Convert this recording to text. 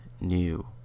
new